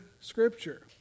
scripture